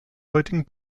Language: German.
heutigen